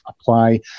apply